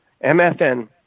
MFN